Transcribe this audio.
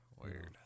weird